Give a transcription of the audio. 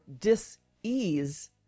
dis-ease